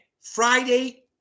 Friday